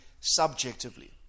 subjectively